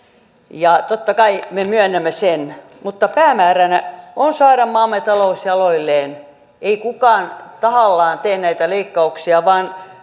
ja totta kai me myönnämme sen mutta päämääränä on saada maamme talous jaloilleen ei kukaan tahallaan tee näitä leikkauksia vaan